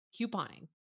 couponing